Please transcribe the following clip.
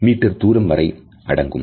6 தூரம் வரை அடங்கும்